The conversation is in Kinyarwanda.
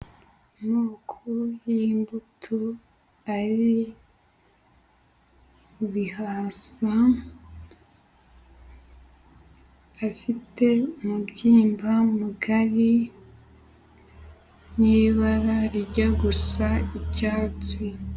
Amoko y'imbuto; ari ibihaza, afite umubyimba mugari n'ibara rijya gusa icyatsi.